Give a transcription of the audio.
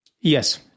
Yes